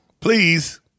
Please